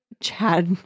Chad